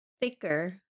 thicker